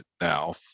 now